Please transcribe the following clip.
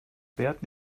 bert